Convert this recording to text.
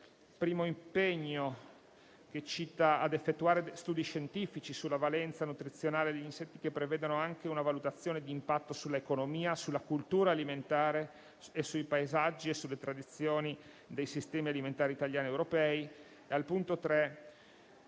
primo impegno, che cito: «ad effettuare studi scientifici sulla valenza nutrizionale degli insetti che prevedano anche una valutazione di impatto sull'economia, sulla cultura alimentare e sui paesaggi e sulle tradizioni dei sistemi alimentari italiani ed europei» e con